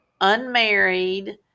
unmarried